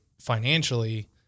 financially